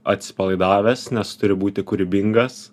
atsipalaidavęs nes turi būti kūrybingas